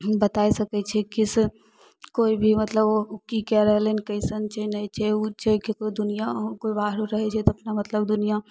बताय सकै छै कि से कोइ भी मतलब ओ की कए रहलै हन कैसन छै नहि छै ओ छै ककरो दुनियाँ कोइ बाहरो रहै छै तऽ अपना मतलब दुनियाँ